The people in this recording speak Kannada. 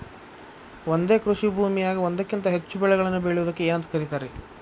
ಒಂದೇ ಕೃಷಿ ಭೂಮಿಯಾಗ ಒಂದಕ್ಕಿಂತ ಹೆಚ್ಚು ಬೆಳೆಗಳನ್ನ ಬೆಳೆಯುವುದಕ್ಕ ಏನಂತ ಕರಿತಾರಿ?